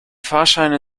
fahrscheine